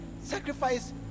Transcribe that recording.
sacrifice